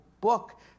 book